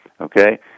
Okay